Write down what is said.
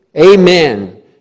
amen